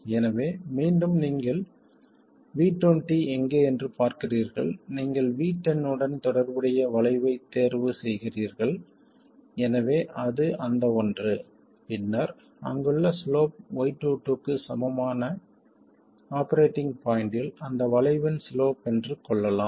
எனவே மீண்டும் நீங்கள் V20 எங்கே என்று பார்க்கிறீர்கள் நீங்கள் V10 உடன் தொடர்புடைய வளைவைத் தேர்வு செய்கிறீர்கள் எனவே அது அந்த ஒன்று பின்னர் அங்குள்ள சிலோப் y22 க்கு சமமான ஆபரேட்டிங் பாய்ண்ட்டில் அந்த வளைவின் சிலோப் என்று சொல்லலாம்